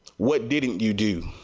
what didn't you do?